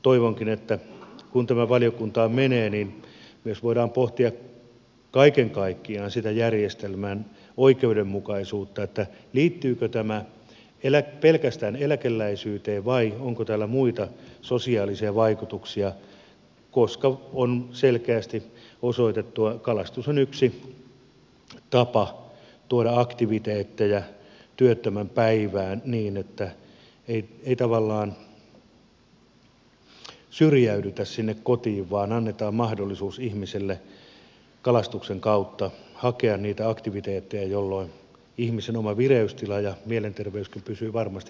toivonkin että kun tämä valiokuntaan menee voidaan myös pohtia kaiken kaikkiaan sitä järjestelmän oikeudenmukaisuutta liittyykö tämä pelkästään eläkeläisyyteen vai onko tällä muita sosiaalisia vaikutuksia koska on selkeästi osoitettu että kalastus on yksi tapa tuoda aktiviteetteja työttömän päivään niin että ei tavallaan syrjäydytä sinne kotiin vaan annetaan mahdollisuus ihmiselle kalastuksen kautta hakea niitä aktiviteetteja jolloin ihmisen oma vireystila ja mielenterveyskin pysyvät varmasti paremmassa kunnossa